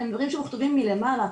הם דברים שמוכתבים מלמעלה,